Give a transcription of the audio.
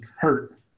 hurt